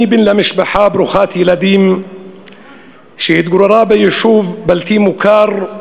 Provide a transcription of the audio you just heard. אני בן למשפחה ברוכת ילדים שהתגוררה ביישוב בלתי מוכר,